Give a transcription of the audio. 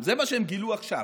זה מה שהם גילו עכשיו.